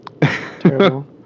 terrible